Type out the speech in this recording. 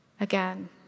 again